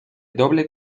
doble